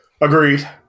Agreed